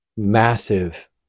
Massive